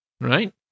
Right